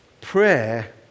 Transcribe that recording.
prayer